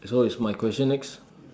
so it's my question next